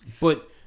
But-